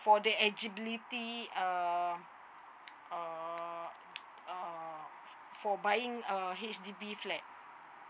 for the eligibility uh uh uh for buying a H_D_B flat